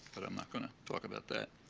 but i'm not going to talk about that.